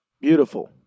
Beautiful